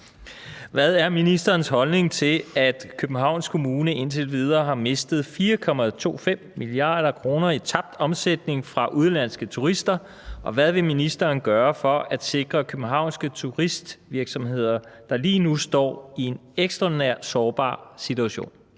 Hvad er ministerens holdning til, at Københavns Kommune indtil videre har mistet 4,25 mia. kr. i tabt omsætning fra udenlandske turister, og hvad vil ministeren gøre for at sikre københavnske turistvirksomheder, der lige nu står i en ekstraordinært sårbar situation?